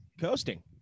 Coasting